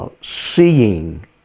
Seeing